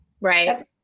Right